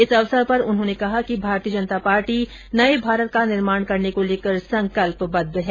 इस अवसर पर उन्होने कहा कि भारतीय जनता पार्टी नये भारत का निर्माण करने को लेकर संकल्पबद्द है